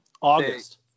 August